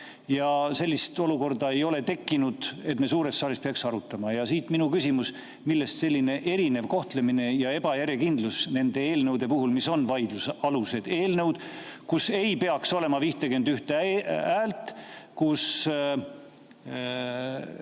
Sellist olukorda ei ole tekkinud, et me seda suures saalis peaks arutama. Siit minu küsimus: millest selline erinev kohtlemine ja ebajärjekindlus nende eelnõude puhul, mis on vaidlusalused eelnõud, mille korral ei peaks olema 51 hääle nõuet